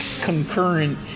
concurrent